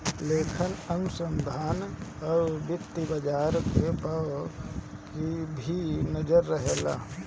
लेखांकन अनुसंधान कअ वित्तीय बाजार पअ भी नजर रहेला